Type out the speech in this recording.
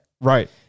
Right